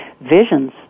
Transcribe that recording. visions